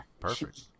Perfect